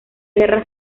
guerra